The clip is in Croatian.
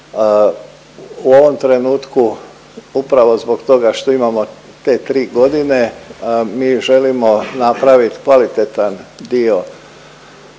U ovom trenutku upravo zbog toga što imamo te 3 godine, mi želimo napravit kvalitetan dio